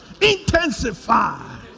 Intensify